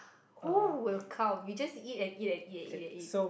who will count you just eat and eat and eat and eat